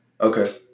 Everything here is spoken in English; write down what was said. Okay